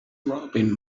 robin